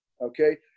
Okay